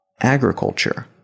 agriculture